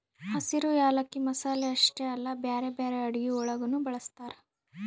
ಹಸಿರು ಯಾಲಕ್ಕಿ ಮಸಾಲೆ ಅಷ್ಟೆ ಅಲ್ಲಾ ಬ್ಯಾರೆ ಬ್ಯಾರೆ ಅಡುಗಿ ಒಳಗನು ಬಳ್ಸತಾರ್